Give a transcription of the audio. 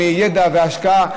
מידע והשקעה,